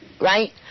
right